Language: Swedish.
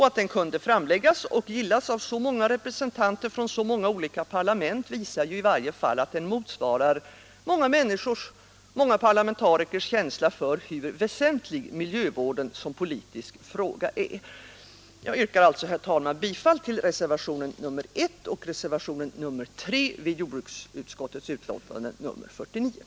Att den kunde framläggas och gillas av så många representanter från så många olika parlament visar i varje fall att den motsvarar många människors och många parlamenta = Nr 121 rikers känsla för hur väsentlig miljövården som politisk fråga är. Onsdagen den Jag yrkar alltså, herr talman, bifall till reservationen 1 och reservationen 433 Höveniberv1972